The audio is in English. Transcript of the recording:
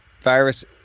virus